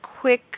quick